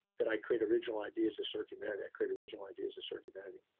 that i create original ideas that serve humanity, i create original ideas that serve humanity'.